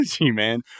man